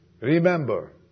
Remember